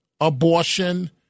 abortion